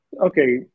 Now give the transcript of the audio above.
Okay